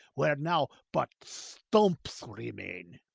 where now but stumps remain.